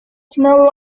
smell